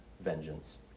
vengeance